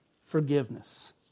forgiveness